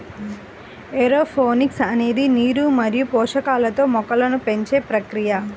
aeroponics అనేది నీరు మరియు పోషకాలతో మొక్కలను పెంచే ప్రక్రియ